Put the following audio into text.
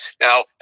now